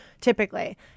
typically